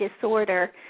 disorder